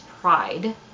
pride